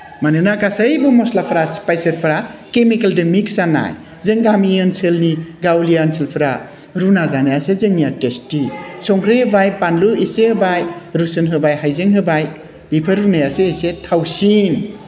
मानोना गासैबो मस्लाफोरा स्पाइसेसफोरा केमिकेलजों मिक्स जानाय जोंनि गामि ओनसोलनि गावलिया ओनसोलफोरा रुना जानायासो जोंनिया टेस्टि संख्रि होबाय बानलु एसे होबाय रुसुन होबाय हाइजें होबाय बिफोर रुनायासो एसे थावसिन